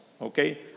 Okay